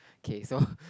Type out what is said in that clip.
okay so